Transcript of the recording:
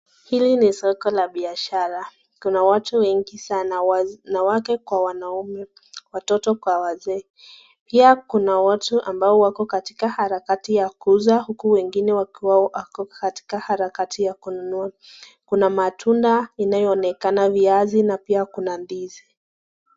Hili ni soko la biashara kuna watu wengi sana wanawake kwa wanaume ,watoto kwa wazee pia kuna watu ambao wako katika harakati yao kuuza huku wengine wako katika harakati ya kununua kuna matunda inayoonekana viazi na pia kuna ndizi.